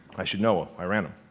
i should know. ah i ran them.